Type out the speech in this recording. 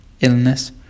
illness